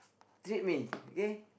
treat me okay